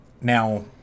Now